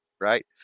right